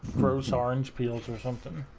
gross orange peels or something